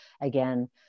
Again